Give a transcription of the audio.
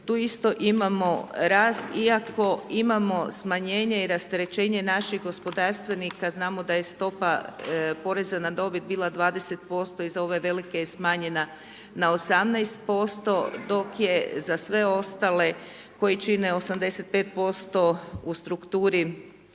tu isto imamo rast, iako imamo smanjenje i rasterećenje naših gospodarstvenika, znamo da je stopa poreza na dobit bila 20% za ove velike je smanjena na 18%, dok je za sve ostale koji čine 85% u strukturi